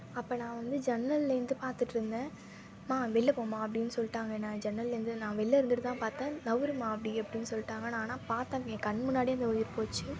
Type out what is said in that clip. அப்போ நான் வந்து ஜன்னலந்து பாத்துட்டுருந்தேன் ம்மா வெளில போம்மா அப்படின் சொல்லிட்டாங்க என்ன ஜன்னலந்து நான் வெளில இருந்துவிட்டு தான் பார்த்தேன் நகரும்மா அப்படியே அப்படின் சொல்லிட்டாங்க நான் ஆனால் பார்த்தேன் என் கண் முன்னாடியே அந்த உயிர் போச்சு